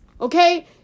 Okay